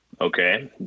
Okay